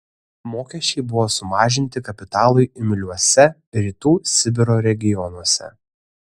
mokesčiai buvo sumažinti kapitalui imliuose rytų sibiro regionuose